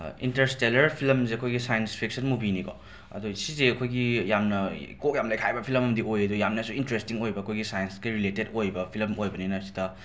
interstellar ꯐꯤꯂꯝꯁꯦ ꯑꯩꯈꯣꯏꯒꯤ science fiction ꯃꯨꯕꯤꯅꯤꯀꯣ ꯑꯗꯣ ꯁꯤꯁꯦ ꯑꯩꯈꯣꯏꯒꯤ ꯌꯥꯝꯅ ꯀꯣꯛ ꯌꯥꯝꯅ ꯂꯩꯈꯥꯏꯕ ꯐꯤꯂꯝ ꯑꯝꯗꯤ ꯑꯣꯏ ꯑꯗꯣ ꯌꯥꯝꯅꯁꯨ ꯏꯟꯇ꯭ꯔꯦꯁꯇꯤꯡ ꯑꯣꯏꯕ ꯑꯩꯈꯣꯏꯒꯤ ꯁꯥꯏꯟꯁꯀ ꯔꯤꯂꯦꯇꯦꯗ ꯑꯣꯏꯕ ꯐꯤꯂꯝ ꯑꯣꯏꯕꯅꯤꯅ ꯁꯤꯗ